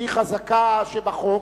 שהיא חזקה שבחוק,